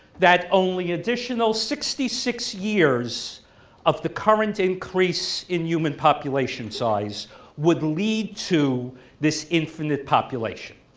that only additional sixty six years of the current increase in human population size would lead to this infinite population.